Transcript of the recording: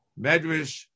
Medrash